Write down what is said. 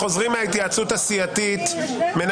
התחילו פה לדבר, פגיעות אישיות, דברים